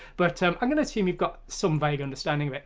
but i'm i'm gonna assume you've got some vague understanding of it,